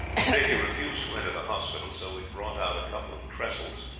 the fakir refused to enter the hospital, so we brought out a couple of trestles,